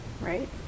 Right